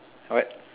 what